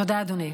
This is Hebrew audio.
תודה, אדוני.